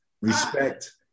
respect